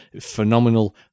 Phenomenal